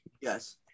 Yes